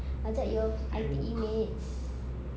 ajak your I_T_E mates